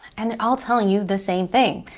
and they're all telling you the same thing.